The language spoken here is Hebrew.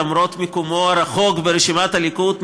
למרות מיקומו הרחוק ברשימת הליכוד,